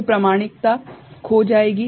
तो प्रामाणिकता खो जाएगी